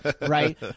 right